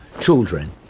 children